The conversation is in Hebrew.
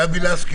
גבי לסקי,